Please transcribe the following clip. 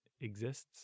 exists